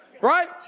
Right